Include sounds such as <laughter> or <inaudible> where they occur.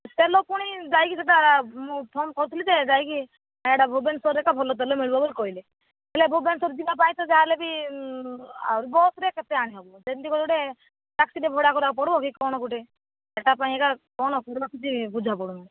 ତେଲ ପୁଣି ଯାଇକି ସେଇଟା ମୁଁ ଫୋନ୍ କରିଥିଲି ଯେ ଯାଇକି ଏଟା ଭୁବନେଶ୍ୱରରେ ଏକା ଭଲ ତେଲ ମିଳିବ ବୋଲି କହିଲେ ହେଲେ ଭୁବନେଶ୍ୱର ଯିବା ପାଇଁ ତ ଯାହା ହେଲେ ବି <unintelligible> ଆଉ ବସ୍ରେ କେତେ ଆଣି ହେବ ସେମିତି <unintelligible> ଟ୍ୟାକ୍ସିଟେ ଭଡ଼ା କରିବାକୁ ପଡ଼ିବ କି କ'ଣ ଗୋଟେ ସେଇଟା ପାଇଁ ଏକା କ'ଣ <unintelligible> ବୁଝା ପଡ଼ୁନି